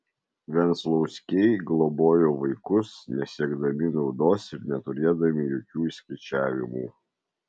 venclauskiai globojo vaikus nesiekdami naudos ir neturėdami jokių išskaičiavimų